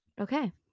Okay